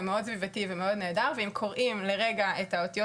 מאוד סביבתי ומאוד נהדר; ואם קוראים לרגע את האותיות